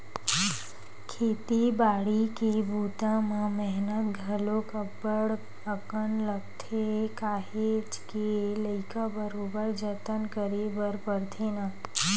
खेती बाड़ी के बूता म मेहनत घलोक अब्ब्ड़ अकन लगथे काहेच के लइका बरोबर जतन करे बर परथे ना